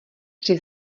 tři